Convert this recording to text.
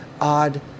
odd